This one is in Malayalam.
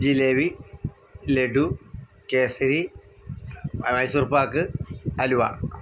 ജിലേബി ലഡു കേസരി മൈസൂർ പാക്ക് അലുവ